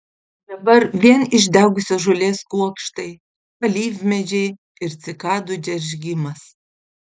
dabar vien išdegusios žolės kuokštai alyvmedžiai ir cikadų džeržgimas